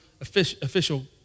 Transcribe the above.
official